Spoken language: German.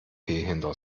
hinter